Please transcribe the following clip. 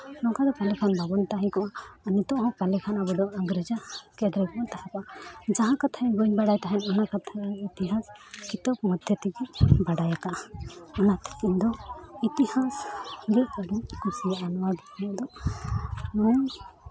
ᱱᱚᱝᱠᱟ ᱫᱚ ᱛᱟᱦᱞᱮ ᱠᱷᱟᱱ ᱵᱟᱵᱚᱱ ᱛᱟᱦᱮᱸ ᱠᱚᱜᱼᱟ ᱟᱨ ᱱᱤᱛᱚᱜ ᱦᱚᱸ ᱯᱟᱞᱮ ᱠᱷᱟᱱ ᱟᱵᱚ ᱫᱚ ᱤᱝᱨᱮᱡᱽ ᱟᱜ ᱥᱟᱥᱮᱛ ᱨᱮᱜᱮᱵᱚᱱ ᱛᱟᱦᱮᱸ ᱠᱚᱜᱼᱟ ᱡᱟᱦᱟᱸ ᱠᱟᱛᱷᱟ ᱵᱟᱹᱧ ᱵᱟᱲᱟᱭ ᱛᱟᱦᱮᱸᱫ ᱚᱱᱟ ᱠᱟᱛᱷᱟ ᱫᱚ ᱤᱛᱤᱦᱟᱥ ᱠᱤᱛᱟᱹᱵ ᱢᱚᱫᱫᱷᱮ ᱛᱮᱜᱮᱧ ᱵᱟᱰᱟᱭ ᱟᱠᱟᱫᱼᱟ ᱚᱱᱟᱛᱮ ᱤᱧ ᱫᱚ ᱤᱛᱤᱦᱟᱥ ᱟᱹᱰᱤᱧ ᱠᱩᱥᱤᱭᱟᱜᱼᱟ ᱱᱚᱣᱟ ᱜᱮ ᱤᱧᱟᱹᱫᱚ